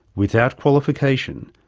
without qualification,